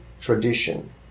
tradition